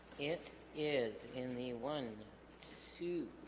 it is in the one two